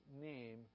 name